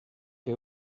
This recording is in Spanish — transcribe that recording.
que